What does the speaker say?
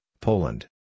Poland